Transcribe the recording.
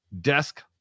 desk